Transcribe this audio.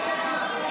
במקומות.